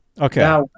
Okay